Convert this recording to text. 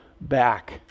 back